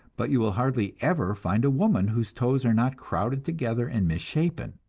but you will hardly ever find a woman whose toes are not crowded together and misshapen.